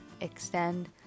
extend